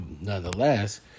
Nonetheless